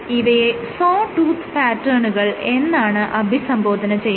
ഇവയെ sawtooth പാറ്റേണുകൾ എന്നാണ് അഭിസംബോധന ചെയ്യുന്നത്